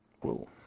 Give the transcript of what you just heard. Whoa